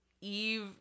Eve